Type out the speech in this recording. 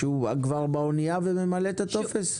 שהוא כבר באנייה וממלא את הטופס?